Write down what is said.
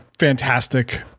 fantastic